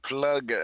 plug